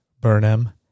Burnham